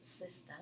system